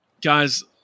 Guys